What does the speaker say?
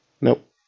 Nope